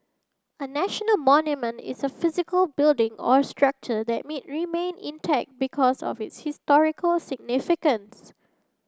a national monument is a physical building or structure that me remain intact because of its historical significance